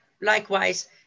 Likewise